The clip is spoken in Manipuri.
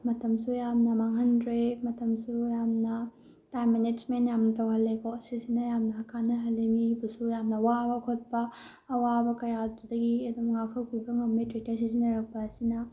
ꯃꯇꯝꯁꯨ ꯌꯥꯝꯅ ꯃꯥꯡꯍꯟꯗ꯭ꯔꯦ ꯃꯇꯝꯁꯨ ꯌꯥꯝꯅ ꯇꯥꯏꯝ ꯃꯦꯅꯦꯖꯃꯦꯟ ꯌꯥꯝ ꯇꯧꯍꯜꯂꯦꯀꯣ ꯁꯤꯁꯤꯅ ꯌꯥꯝꯅ ꯀꯥꯟꯅꯍꯜꯂꯦ ꯃꯤꯕꯨꯁꯨ ꯌꯥꯝꯅ ꯋꯥꯕ ꯈꯣꯠꯄ ꯑꯋꯥꯕ ꯀꯌꯥꯗꯨꯗꯒꯤ ꯑꯗꯨꯝ ꯉꯥꯛꯊꯣꯛꯄꯤꯕ ꯉꯝꯃꯦ ꯇ꯭ꯔꯦꯛꯇꯔ ꯁꯤꯖꯤꯟꯅꯔꯛꯄ ꯑꯁꯤꯅ